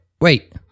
wait